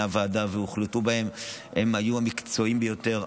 הוועדה והוחלטו בה היו המקצועיים ביותר,